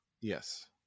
Yes